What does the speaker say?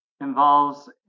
involves